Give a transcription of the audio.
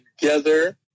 together